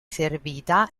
servita